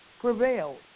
prevailed